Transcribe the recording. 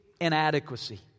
inadequacy